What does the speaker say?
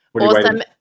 Awesome